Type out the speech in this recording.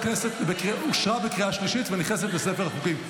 אושרה בקריאה שלישית ונכנסת לספר החוקים.